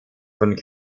von